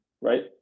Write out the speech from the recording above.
Right